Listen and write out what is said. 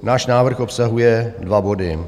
Náš návrh obsahuje dva body.